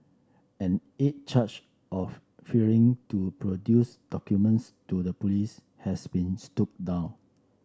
an eighth charge of failing to produce documents to the police has been stood down